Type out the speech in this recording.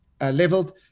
leveled